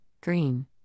Green